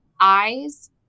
eyes